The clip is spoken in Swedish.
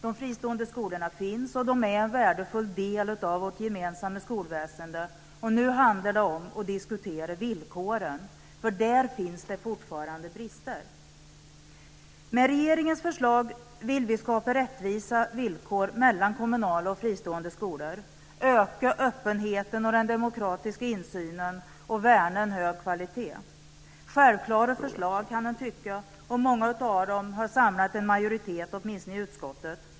De fristående skolorna finns, och de är en värdefull del av vårt gemensamma skolväsende. Nu handlar det om att diskutera villkoren, för där finns det fortfarande brister. Med regeringens förslag vill vi skapa rättvisa villkor mellan kommunala och fristående skolor, öka öppenheten och den demokratiska insynen och värna en hög kvalitet. Man kan tycka att det är självklara förslag, och många av dem har samlat en majoritet åtminstone i utskottet.